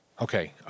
Okay